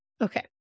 Okay